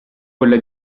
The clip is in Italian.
quella